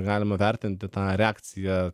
galima vertinti tą reakciją